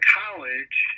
college